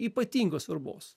ypatingos svarbos